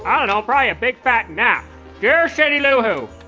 i don't know. probably a big fat nap. dear cindy lou who,